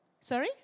Sorry